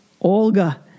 Olga